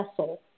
vessel